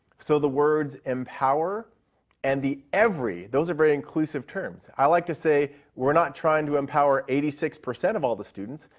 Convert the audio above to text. so the words empower and the every. those are very inclusive terms. i like to say we are not trying to empower eighty six percent of all of the students,